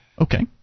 Okay